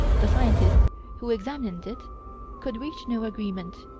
the scientists who examined it could reach no agreement.